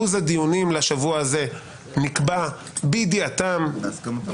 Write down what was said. לו"ז הדיונים לשבוע הזה נקבע בידיעתם -- בהסכמתם.